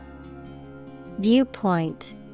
Viewpoint